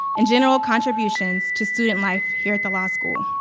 and general contributions to student life here at the law school,